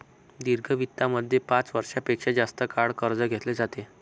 दीर्घ वित्तामध्ये पाच वर्षां पेक्षा जास्त काळ कर्ज घेतले जाते